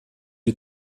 die